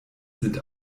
sind